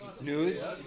news